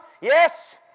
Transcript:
Yes